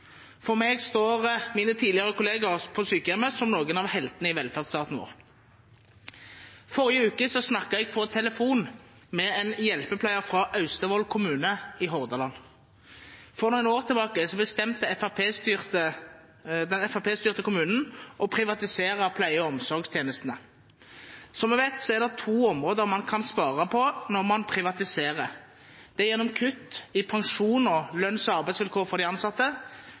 For meg står mine tidligere kollegaer på sykehjemmet som noen av heltene i velferdsstaten vår. Forrige uke snakket jeg på telefonen med en hjelpepleier fra Austevoll kommune i Hordaland. For noen år tilbake bestemte den FrP-styrte kommunen å privatisere pleie- og omsorgstjenestene. Som vi vet, er det to områder man kan spare på når man privatiserer. Det er gjennom kutt i pensjon og lønns- og arbeidsvilkår for de ansatte